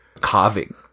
carving